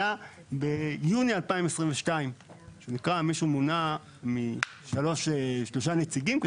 היה ביוני 2022. מישהו מונה משלושה נציגים,